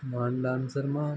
महान डांसर महान